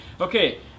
Okay